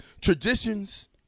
Traditions